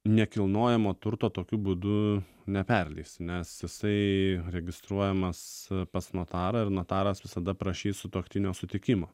nekilnojamo turto tokiu būdu neperleisi nes jisai registruojamas pas notarą ir notaras visada prašys sutuoktinio sutikimo